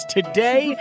Today